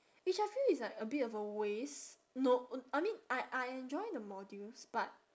which I feel it's like a bit of a waste no uh I mean I I enjoy the modules but